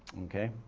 okay.